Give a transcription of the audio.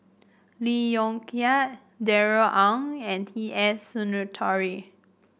Lee Yong Kiat Darrell Ang and T S Sinnathuray